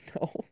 No